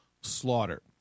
slaughter